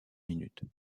minutes